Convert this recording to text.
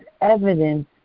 evidence